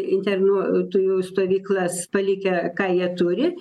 internuotųjų stovyklas palikę ką jie turi